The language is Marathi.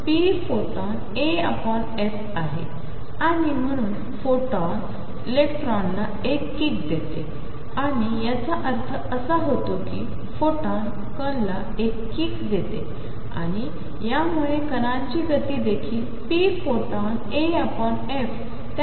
आणिम्हणूनफोटॉन इलेक्ट्रॉनलाएककिकदेतेआणियाचाअर्थअसाहोतोकीफोटॉनकणलाएककिकदेतेआणियामुळेकणांचीगतीदेखीलpphotonaf त्याचप्रमाणातबदलते